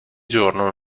giorno